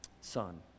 Son